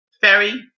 ferry